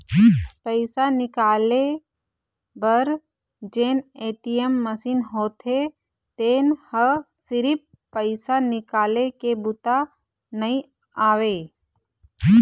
पइसा निकाले बर जेन ए.टी.एम मसीन होथे तेन ह सिरिफ पइसा निकाले के बूता नइ आवय